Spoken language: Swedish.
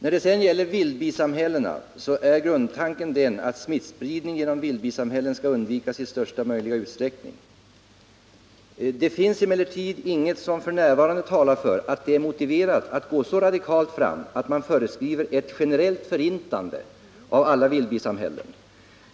Vad sedan beträffar vildbisamhällena är grundtanken den att smittspridning genom vildbisamhällen skall undvikas i största möjliga utsträckning. Det finns emellertid inget som f. n. talar för att det är motiverat att gå så radikalt fram att man föreskriver ett generellt förintande av alla vildbisamhällen.